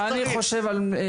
אה